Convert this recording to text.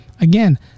Again